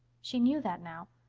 she knew that now.